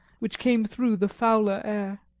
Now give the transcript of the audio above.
which came through the fouler air.